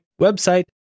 website